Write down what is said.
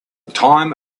time